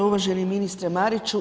Uvaženi ministre Mariću.